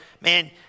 Man